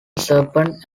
serpent